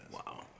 Wow